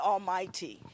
Almighty